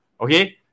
okay